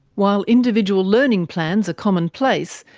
while individual learning plans are commonplace,